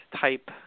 type